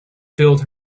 build